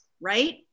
Right